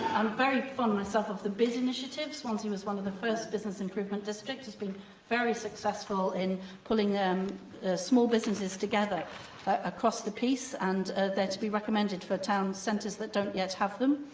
i'm very fond myself of the bid initiative swansea was one of the first business improvement districts. it's been very successful in pulling small businesses together across the piece, and they're to be recommended for town centres that don't yet have them.